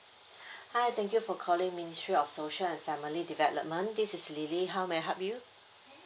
hi thank you for calling ministry of social and family development this is lily how may I help you